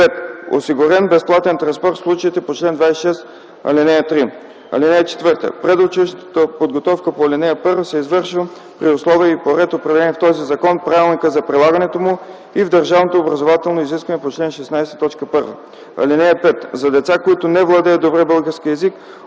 осигурен безплатен транспорт в случаите по чл. 26, ал. 3. (4) Предучилищната подготовка по ал. 1 се извършва при условия и по ред, определени в този закон, правилника за прилагането му и в държавното образователно изискване по чл. 16, т. 1. (5) За деца, които не владеят добре български език,